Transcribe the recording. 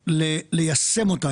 עמדה, ליישם אותה.